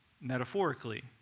metaphorically